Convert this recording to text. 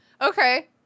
Okay